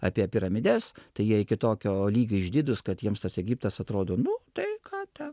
apie piramides tai jie iki tokio lygio išdidūs kad jiems tas egiptas atrodo nu tai ką ten